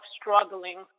struggling